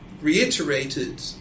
reiterated